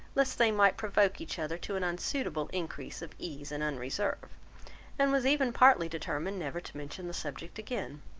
lest they might provoke each other to an unsuitable increase of ease and unreserve and was even partly determined never to mention the subject again.